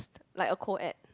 like a co ed